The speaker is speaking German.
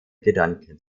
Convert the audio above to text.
gedanken